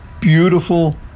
beautiful